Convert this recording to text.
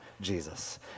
Jesus